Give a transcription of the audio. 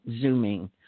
Zooming